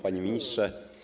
Panie Ministrze!